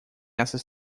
essas